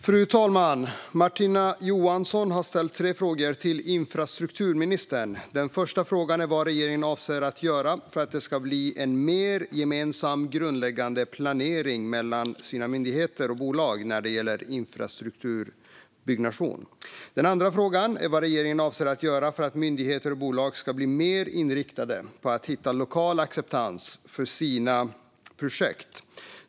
Fru talman! Martina Johansson har ställt tre frågor till infrastrukturministern. Den första frågan är vad regeringen avser att göra för att det ska bli en mer gemensam grundläggande planering mellan dess myndigheter och bolag när det gäller infrastrukturbyggnation. Den andra frågan är vad regeringen avser att göra för att myndigheter och bolag ska bli mer inriktade på att hitta lokal acceptans för sina projekt.